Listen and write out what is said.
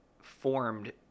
formed